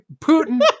Putin